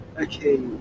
Okay